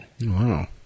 Wow